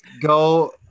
go